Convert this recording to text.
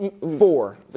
four